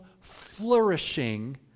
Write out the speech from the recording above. flourishing